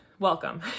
Welcome